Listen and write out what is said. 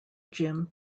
gym